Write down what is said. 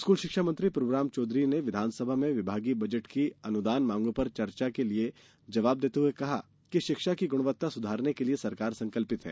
school शिक्षा मंत्री प्रभुराम चौधरी ने विधानसभा में विभागीय बजट की अनुदान माँगों पर हुई चर्चा का जवाब देते हुए कहा कि शिक्षा की गुणवत्ता सुधारने के लिये सरकार संकल्पित है